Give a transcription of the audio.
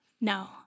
No